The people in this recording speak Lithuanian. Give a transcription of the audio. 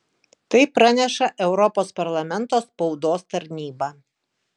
tai praneša europos parlamento spaudos tarnyba